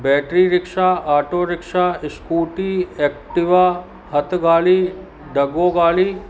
battery rickshaw auto rickshaw scooty Activa हथगाड़ी दॿो गाड़ी